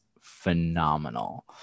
phenomenal